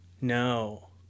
No